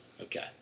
Okay